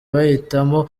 bahitamo